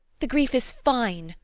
the grief is fine,